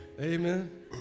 Amen